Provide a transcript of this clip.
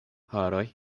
haroj